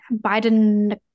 biden